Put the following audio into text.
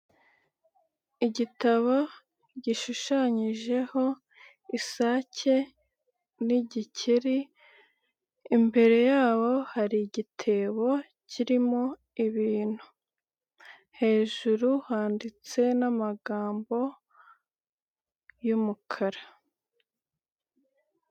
Igitabo gishushanyijeho isake n'igikeri, imbere yabo hari igitebo kirimo ibintu, hejuru handitse n'amagambo y'umukara.